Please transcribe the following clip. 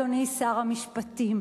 אדוני שר המשפטים,